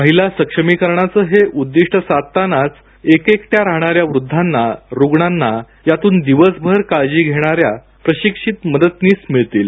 महिला सक्षमीकरणाचं हे उद्दिष्ट साधतानाच एकेकट्या राहणार्याग वृद्धांना रुग्णांना यातून दिवसभर काळजी घेणार्यास प्रशिक्षित मदनीस मिळतील